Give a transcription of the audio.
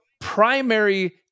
primary